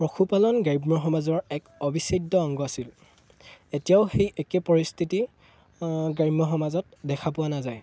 পশুপালন গ্ৰাম্য সমাজৰ এক অবিচ্ছেদ্য অংগ আছিল এতিয়াও সেই একে পৰিস্থিতি গ্ৰাম্য সমাজত দেখা পোৱা নাযায়